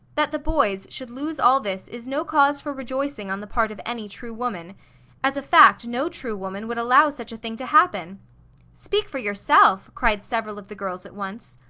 that the boys should lose all this is no cause for rejoicing on the part of any true woman as a fact, no true woman would allow such a thing to happen speak for yourself! cried several of the girls at once.